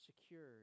secured